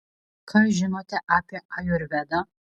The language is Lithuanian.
ką žinote apie ajurvedą